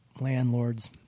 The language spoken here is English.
landlords